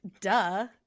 Duh